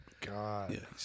God